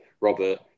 robert